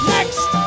Next